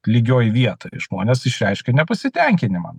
lygioj vietoj žmonės išreiškia nepasitenkinimą